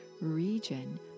region